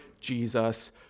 Jesus